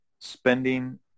spending